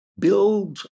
Build